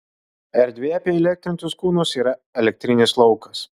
erdvėje apie įelektrintus kūnus yra elektrinis laukas